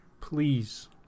please